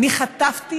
אני חטפתי